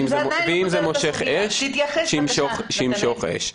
אם זה מושך אש שימשוך אש.